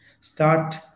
start